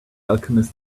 alchemist